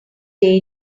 day